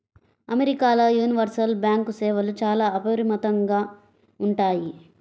అమెరికాల universal bank సేవలు చాలా అపరిమితంగా ఉంటాయి